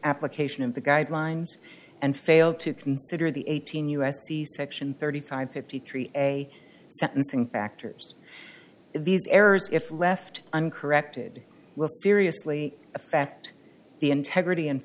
application of the guidelines and failed to consider the eighteen u s c section thirty five fifty three a sentencing factors these errors if left uncorrected will seriously affect the integrity and